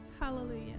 Hallelujah